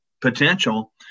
potential